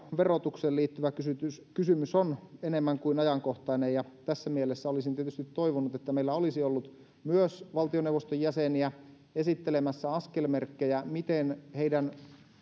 verotukseen liittyvä kysymys kysymys on edelleen enemmän kuin ajankohtainen ja tässä mielessä olisin tietysti toivonut että meillä olisi ollut myös valtioneuvoston jäseniä esittelemässä askelmerkkejä siitä miten heidän